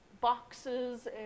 boxes